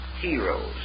heroes